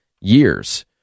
years